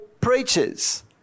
preaches